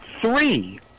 three